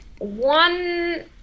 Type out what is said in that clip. One